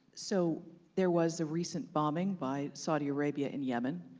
so there was a recent bombing by saudi arabia in yemen.